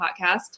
podcast